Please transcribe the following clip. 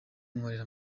nkorera